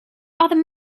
other